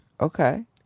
Okay